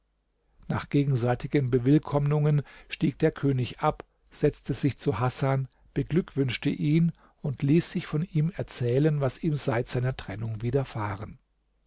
nach gegenseitigem bewillkommnungen stieg der könig ab setzte sich zu hasan beglückwünschte ihn und ließ sich von ihm erzählen was ihm seit seiner trennung widerfahren